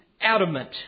adamant